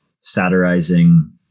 satirizing